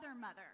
mother